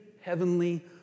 heavenly